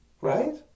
Right